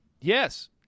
Yes